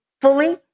fully